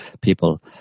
people